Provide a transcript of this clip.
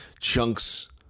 chunks